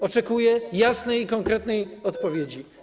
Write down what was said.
Oczekuję jasnej i konkretnej odpowiedzi.